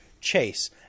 chase